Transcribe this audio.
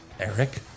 Eric